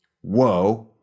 whoa